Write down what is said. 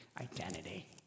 identity